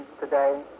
today